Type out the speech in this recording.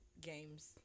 games